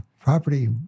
property